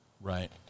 Right